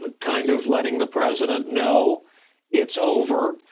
ah kind of letting the president know it's over,